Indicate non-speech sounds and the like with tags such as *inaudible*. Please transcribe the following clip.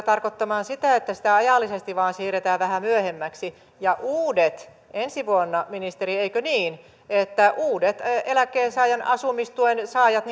*unintelligible* tarkoittamaan sitä että sitä ajallisesti vain siirretään vähän myöhemmäksi ja ensi vuonna uudet eikö niin ministeri eläkkeensaajan asumistuen saajat *unintelligible*